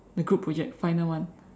the group project final one